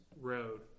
road